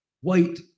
white